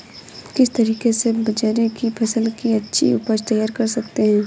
किस तरीके से बाजरे की फसल की अच्छी उपज तैयार कर सकते हैं?